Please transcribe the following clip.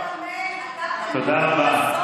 תודה רבה.